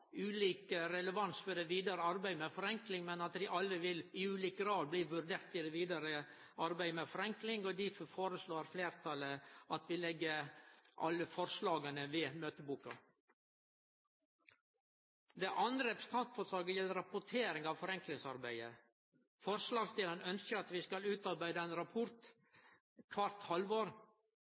ulik relevans for det vidare arbeidet med forenkling, men at dei alle – i ulik grad – vil bli vurdert i det vidare arbeidet med forenkling, og difor foreslår fleirtalet at vi legg alle forslaga ved møteboka. Det andre representantforslaget gjeld rapportering av forenklingsarbeidet. Forslagsstillarane ønskjer at vi skal utarbeide ein rapport kvart halvår.